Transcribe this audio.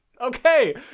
okay